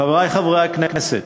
חברי חברי הכנסת,